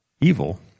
evil